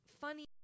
funny